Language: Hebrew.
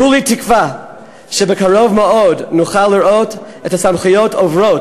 כולי תקווה שבקרוב מאוד נוכל לראות את העברת